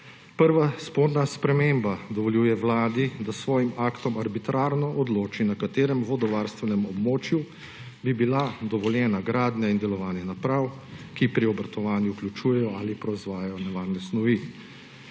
Prva sporna sprememba dovoljuje vladi, da s svojim aktom arbitrarno odloči, na katerem vodovarstvenem območju bi bila dovoljena gradnja in delovanje naprav, ki pri obratovanju vključujejo ali proizvajajo nevarne snovi.